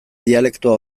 dialektoa